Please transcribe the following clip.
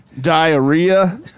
Diarrhea